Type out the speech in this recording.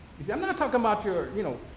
you see, i'm not talking about your, you know,